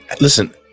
Listen